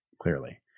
Clearly